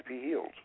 healed